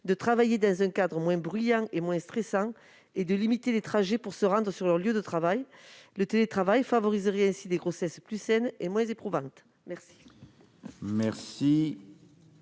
de travailler dans un cadre moins bruyant et moins stressant, et de limiter les trajets qu'elles doivent sinon accomplir pour se rendre sur leur lieu de travail. Le télétravail favoriserait ainsi des grossesses plus saines et moins éprouvantes. Les